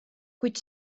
kuid